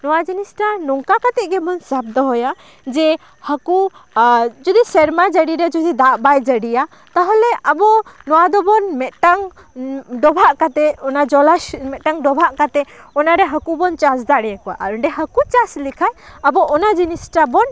ᱱᱚᱣᱟ ᱡᱤᱱᱤᱥᱴᱟ ᱱᱚᱝᱠᱟ ᱠᱟᱛᱮ ᱜᱮᱵᱚᱱ ᱥᱟᱵ ᱫᱚᱦᱚᱭᱟ ᱡᱮ ᱦᱟᱹᱠᱩ ᱡᱩᱫᱤ ᱥᱮᱨᱢᱟ ᱡᱟᱹᱲᱤ ᱨᱮ ᱡᱩᱫᱤ ᱫᱟᱜ ᱵᱟᱭ ᱡᱟᱹᱲᱤᱭᱟ ᱛᱟᱦᱚᱞᱮ ᱟᱵᱚ ᱱᱚᱣᱟ ᱫᱚᱵᱚᱱ ᱢᱤᱫᱴᱟᱝ ᱰᱚᱵᱷᱟᱜ ᱠᱟᱛᱮ ᱚᱱᱟ ᱡᱚᱞᱟᱥ ᱢᱤᱫᱴᱟᱝ ᱰᱚᱵᱷᱟᱜ ᱠᱟᱛᱮᱫ ᱚᱱᱟ ᱨᱮ ᱦᱟᱹᱠᱩ ᱵᱚᱱ ᱪᱟᱥ ᱫᱟᱲᱮᱭᱟᱠᱚᱭᱟ ᱟᱨ ᱚᱸᱰᱮ ᱦᱟᱹᱠᱩ ᱪᱟᱥ ᱞᱮᱠᱷᱟᱱ ᱟᱵᱚ ᱚᱱᱟ ᱡᱤᱱᱤᱥᱴᱟ ᱵᱚᱱ